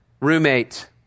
roommate